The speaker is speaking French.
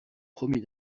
promis